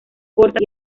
cortas